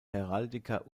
heraldiker